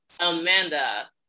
Amanda